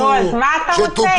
אז מה אתה רוצה?